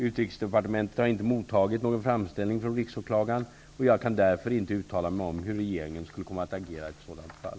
Utrikesdepartementet har inte mottagit någon framställan från Riksåklagaren, och jag kan därför inte uttala mig om hur regeringen skulle komma att agera i ett sådant fall.